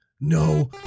No